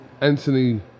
Anthony